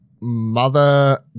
mother